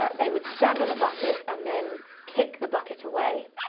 they would stand on a bucket and then kick the bucket away,